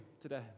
today